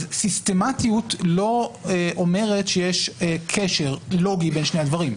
סיסטמאתיות לא אומרת שיש קשר לוגי בין שני הדברים.